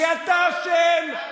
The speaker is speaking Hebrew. כי אתה אשם,